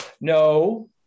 No